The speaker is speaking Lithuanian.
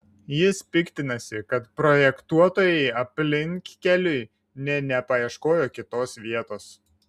jis piktinasi kad projektuotojai aplinkkeliui nė nepaieškojo kitos vietos